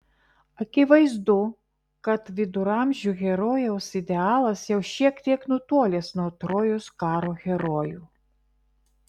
akivaizdu kad viduramžių herojaus idealas jau šiek tiek nutolęs nuo trojos karo herojų